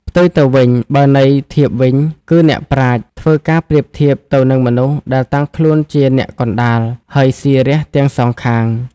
ផ្ទុយទៅវិញ បើន័យធៀបវិញគឺអ្នកប្រាជ្ញធ្វើការប្រៀបធៀបទៅនឹងមនុស្សដែលតាំងខ្លួនជាអ្នកកណ្ដាល ហើយស៊ីរះទាំងសងខាង ។